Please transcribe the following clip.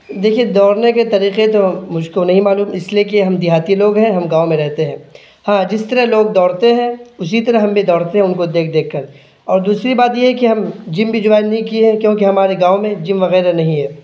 دیکھیے دوڑنے کے طریقے تو مجھ کو نہیں معلوم اس لیے کہ ہم دیہاتی لوگ ہیں ہم گاؤں میں رہتے ہیں ہاں جس طرح لوگ دوڑتے ہیں اسی طرح ہم بھی دوڑتے ہیں ان کو دیکھ دیکھ کر اور دوسری بات یہ کہ ہم جم بھی جوائن نہیں کیے ہیں کیونکہ ہمارے گاؤں میں جم وغیرہ نہیں ہے